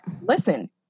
listen